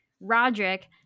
Roderick